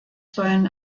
sollen